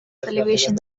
elevation